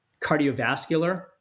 Cardiovascular